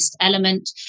element